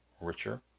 richer